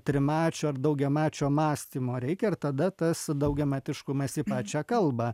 trimačio ar daugiamačio mąstymo reikia ir tada tas daugiamatiškumas į pačią kalbą